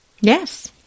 yes